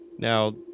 now